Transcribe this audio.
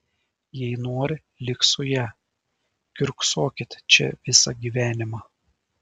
jei nori lik su ja kiurksokit čia visą gyvenimą